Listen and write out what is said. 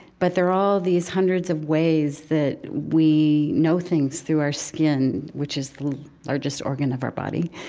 but they're all these hundreds of ways that we know things, through our skin, which is the largest organ of our body.